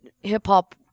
hip-hop